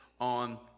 on